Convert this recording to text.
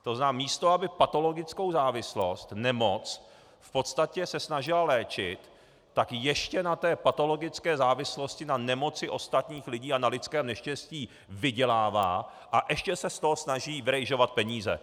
To znamená, místo toho, aby patologickou závislost, nemoc, se v podstatě snažila léčit, tak ještě na té patologické závislosti, na nemoci ostatních lidí a na lidském neštěstí vydělává a ještě se z toho snaží vyrejžovat peníze.